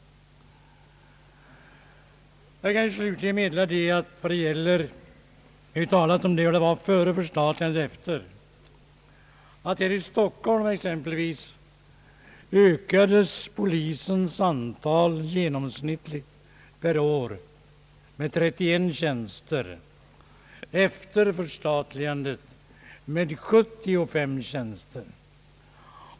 Vi har talat om skillnaden i förhållandena före förstatligandet och efter. Före förstatligandet ökades i Stockholm antalet polistjänster med i genomsnitt 31 per år, efter förstatligandet med 75 tjänster.